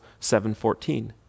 7.14